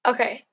Okay